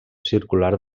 circular